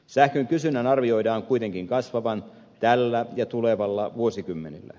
sähkön kysynnän arvioidaan kuitenkin kasvavan tällä ja tulevalla vuosikymmenellä